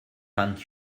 fand